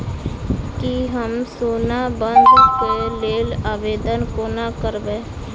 की हम सोना बंधन कऽ लेल आवेदन कोना करबै?